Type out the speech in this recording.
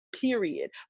period